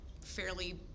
fairly